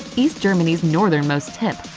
east germany's northernmost tip,